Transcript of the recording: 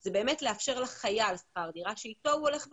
זה באמת לאפשר לחייל שכר דירה שאיתו הוא הולך ומשלם.